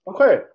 Okay